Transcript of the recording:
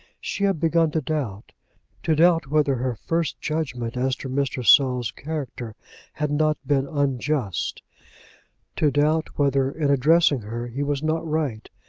she had begun to doubt to doubt whether her first judgment as to mr. saul's character had not been unjust to doubt whether, in addressing her, he was not right,